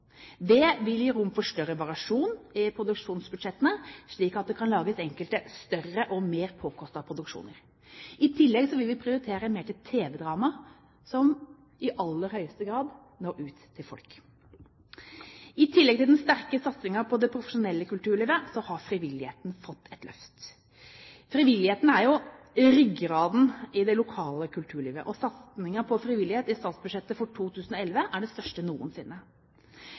Det vil gi rom for større variasjon i produksjonsbudsjettene, slik at det kan lages enkelte større og mer påkostede produksjoner. I tillegg vil vi prioritere mer til tv-drama, som i aller høyeste grad når ut til folk. I tillegg til den sterke satsingen på det profesjonelle kulturlivet har frivilligheten fått et løft. Frivilligheten er jo ryggraden i den lokale kulturlivet, og satsingen på frivillighet i statsbudsjettet for 2011 er den største noensinne.